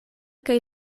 kaj